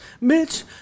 Mitch